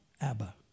Abba